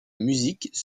musiques